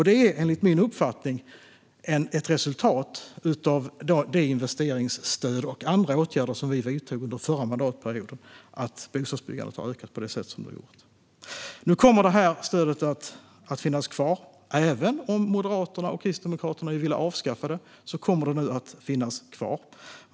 Det är enligt min uppfattning ett resultat av det investeringsstöd och de andra åtgärder som vi vidtog under förra mandatperioden att bostadsbyggandet har ökat på det sätt som det har gjort. Nu kommer stödet att finnas kvar. Även om Moderaterna och Kristdemokraterna vill avskaffa det kommer det att finnas kvar.